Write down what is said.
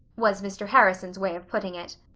was mr. harrison's way of putting it.